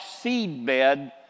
seedbed